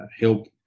help